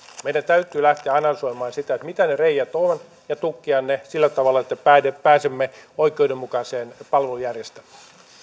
meidän täytyy lähteä analysoimaan sitä mitä ne reiät ovat ja tukkia ne sillä tavalla että pääsemme oikeudenmukaiseen palvelujärjestelmään